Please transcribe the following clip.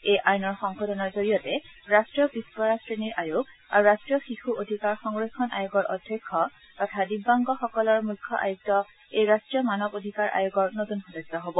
এই আইনৰ সংশোধনৰ জৰিয়তে ৰাষ্ট্ৰীয় পিছপৰা শ্ৰেণীৰ আয়োগ আৰু ৰাষ্ট্ৰীয় শিশু অধিকাৰ সংৰক্ষণ আয়োগৰ অধ্যক্ষ তথা দিব্যাংগসকলৰ বাবে মুখ্য আয়ুক্ত এই ৰাষ্ট্ৰীয় মানৱ অধিকাৰ আয়োগৰ নতুন সদস্য হব